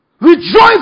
rejoice